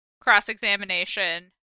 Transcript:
cross-examination